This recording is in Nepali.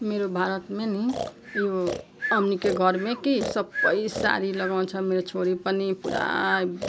मेरो भारतमें नि यो अम्निके घरमें कि सबै साडी लगाउँछ मेरो छोरी पनि पुरा